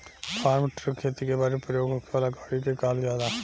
form truck खेती बारी में प्रयोग होखे वाला गाड़ी के कहल जाला